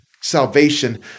salvation